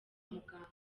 muganga